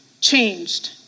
changed